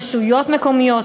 רשויות מקומיות,